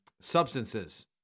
substances